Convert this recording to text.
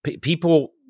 people